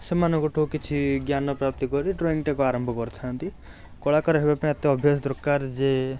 ସେମାନଙ୍କଠୁ କିଛି ଜ୍ଞାନ ପ୍ରାପ୍ତି କରି ଡ୍ରଇଙ୍ଗଟାକୁ ଆରମ୍ଭ କରିଥାନ୍ତି କଳାକାର ହେବାପାଇଁ ଏତେ ଅଭ୍ୟାସ ଦରକାର ଯେ